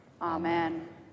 Amen